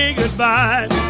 goodbye